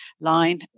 line